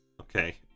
Okay